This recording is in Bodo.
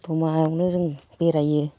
द'तमायावनो जों बेरायो